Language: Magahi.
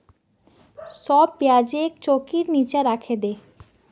सब प्याजक चौंकीर नीचा राखे दे